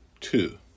two